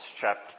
chapter